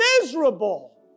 miserable